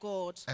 God